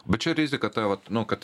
bet čia rizika ta vat nu kad